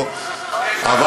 אבל,